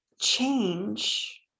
change